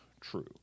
true